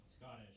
Scottish